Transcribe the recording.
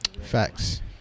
Facts